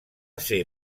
ser